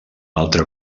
altre